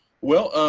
well, um,